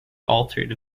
altered